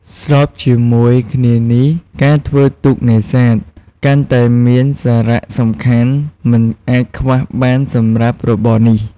ស្របជាមួយគ្នានេះ ការធ្វើទូកនេសាទ កាន់តែមានសារៈសំខាន់មិនអាចខ្វះបានសម្រាប់របរនេះ។